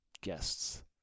guests